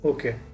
Okay